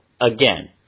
again